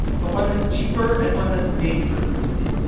but one that's cheaper and one that's made for a pc.